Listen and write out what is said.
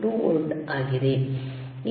2 volt ಆಗಿದೆ